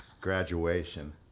graduation